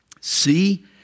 See